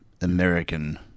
American